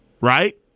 Right